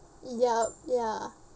yup ya